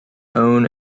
own